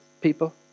people